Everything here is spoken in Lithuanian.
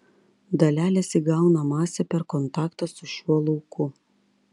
dalelės įgauna masę per kontaktą su šiuo lauku